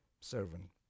servant